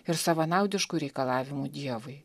ir savanaudiškų reikalavimų dievui